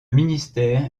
ministère